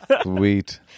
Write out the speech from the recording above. sweet